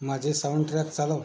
माझे साउंडट्रॅक चालव